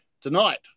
tonight